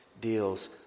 deals